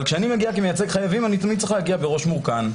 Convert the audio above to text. אבל כשאני מגיע כמייצג חייבים אני תמיד צריך להגיע בראש מורכן.